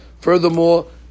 Furthermore